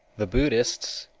the buddhists,